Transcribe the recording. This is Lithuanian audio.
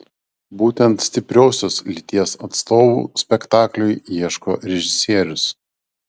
būtent stipriosios lyties atstovų spektakliui ieško režisierius